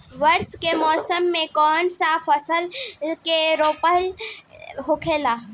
वर्षा के मौसम में कौन सा फसल के रोपाई होला?